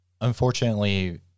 Unfortunately